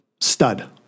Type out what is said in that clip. stud